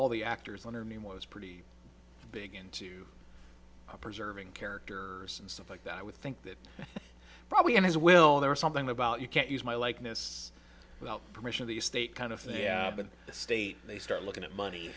all the actors leonard nimoy is pretty big into preserving character and stuff like that i would think that probably in his will there is something about you can't use my likeness without permission of the state kind of thing yeah but the state they start looking at money